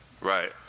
Right